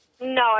No